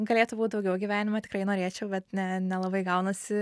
galėtų būt daugiau gyvenime tikrai norėčiau bet ne nelabai gaunasi